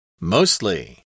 Mostly